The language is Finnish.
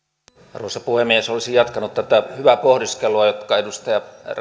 arvoisa puhemies olisin jatkanut tätä hyvää pohdiskelua